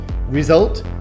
result